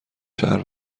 شهر